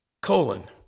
Colon